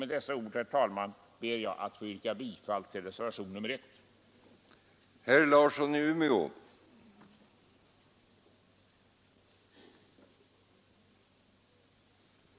Med dessa ord, herr talman, ber jag att få yrka bifall till reservationen vid punkten 1.